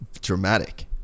Dramatic